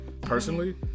personally